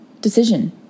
decision